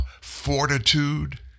fortitude